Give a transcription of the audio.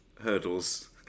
hurdles